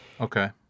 Okay